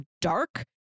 Dark